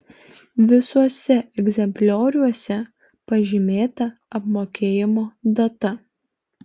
visuose egzemplioriuose pažymėta apmokėjimo data